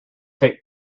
take